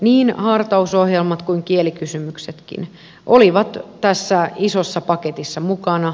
niin hartausohjelmat kuin kielikysymyksetkin olivat tässä isossa paketissa mukana